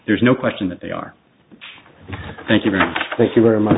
there's no question that they are thank you very thank you very much